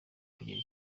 kugera